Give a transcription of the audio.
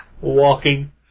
Walking